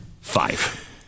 five